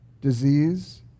disease